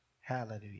Hallelujah